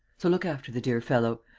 so look after the dear fellow.